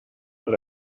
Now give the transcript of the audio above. but